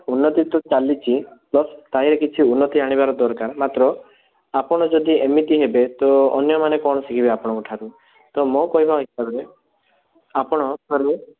ଉନ୍ନତି ତ ଚାଲିଛି ପ୍ଲସ୍ କାହିଁ କିଛି ଉନ୍ନତି ଆଣିବା ଦରକାର ମାତ୍ର ଆପଣ ଯଦି ଏମିତି ହେବେ ତ ଅନ୍ୟମାନେ କ'ଣ ଶିଖିବେ ଆପଣଙ୍କ ଠାରୁ ତ ମୋ କହିବା କଥା ଯେ ଆପଣ ତା'ହେଲେ